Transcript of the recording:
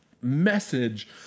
message